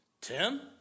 Tim